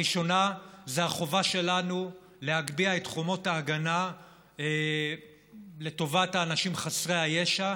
הראשונה היא החובה שלנו להגביה את חומות ההגנה לטובת האנשים חסרי הישע,